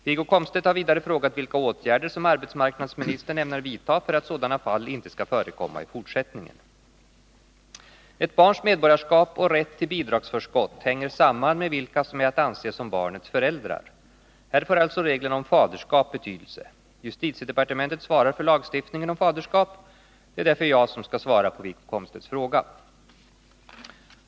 Wiggo Komstedt har vidare frågat vilka åtgärder som arbetsmarknadsministern ämnar vidta för att sådana fall inte skall förekomma i fortsättningen. Ett barns medborgarskap och rätt till bidragsförskott hänger samman med vilka som är att anse som barnets föräldrar. Här får alltså reglerna om faderskap betydelse. Justitiedepartementet svarar för lagstiftningen om faderskap. Det är därför jag som skall svara på Wiggo Komstedts fråga.